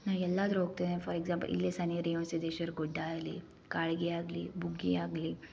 ನಾನು ಎಲ್ಲಾದ್ರು ಹೋಗ್ತೇನೆ ಫಾರ್ ಎಗ್ಸಾಂಪಲ್ ಇಲ್ಲೆ ಸನಿಹ ರೇವಣ ಸಿದ್ದೇಶ್ವರ ಗುಡ್ಡ ಆಗಲಿ ಕಾಳ್ಗಿ ಆಗಲಿ ಬುಗ್ಗಿ ಆಗಲಿ